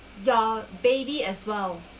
your baby as well